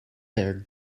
their